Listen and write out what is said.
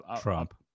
Trump